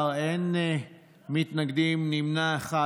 בעד, 17, אין מתנגדים, נמנע אחד.